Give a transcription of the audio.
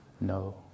no